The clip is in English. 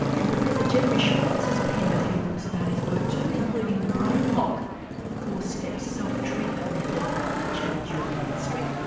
and professor jeffrey schwartz has penned a few books about his work too including brain lock a four step self treatment method to change your chemistry.